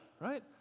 right